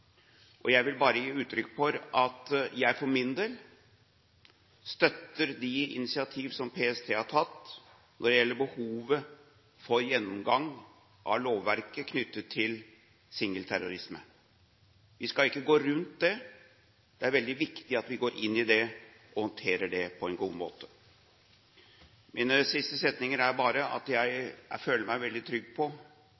Jeg vil bare gi uttrykk for at jeg for min del støtter de initiativ som PST har tatt når det gjelder behovet for gjennomgang av lovverket knyttet til singelterrorisme. Vi skal ikke gå rundt det. Det er veldig viktig at vi går inn i det og håndterer det på en god måte. Mine siste setninger er bare: Jeg føler meg veldig trygg på at